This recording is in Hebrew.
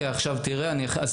תראה מה יקרה לך.